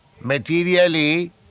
materially